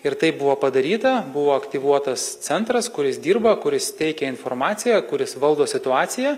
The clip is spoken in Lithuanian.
ir tai buvo padaryta buvo aktyvuotas centras kuris dirba kuris teikia informaciją kuris valdo situaciją